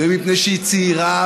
מפני שהיא אישה,